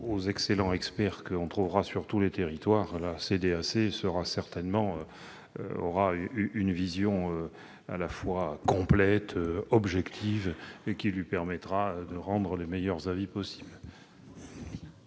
aux excellents experts que l'on trouvera sur tous les territoires, la CDAC disposera d'une vision à la fois complète et objective, qui lui permettra de rendre les meilleurs avis possible